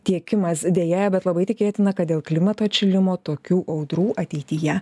tiekimas deja bet labai tikėtina kad dėl klimato atšilimo tokių audrų ateityje